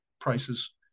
prices